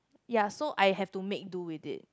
ya so I have to make do with it